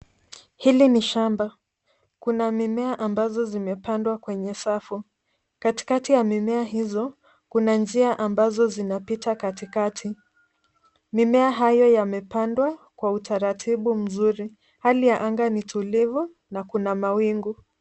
Hili ni shamba. Kuna mimea ambazo zimepandwa kwenye safu. Katikati ya mimea hizo, kuna njia ambazo zinapita katikati. Mimea hayo yamepandwa kwa utaratibu mzuri. Hali ya anga ni tulivu na kuna mawingu.